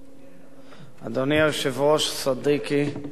אדוני היושב-ראש, סדיקי גאלב מג'אדלה,